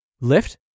lift